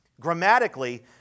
Grammatically